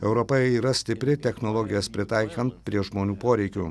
europa yra stipri technologijas pritaikant prie žmonių poreikių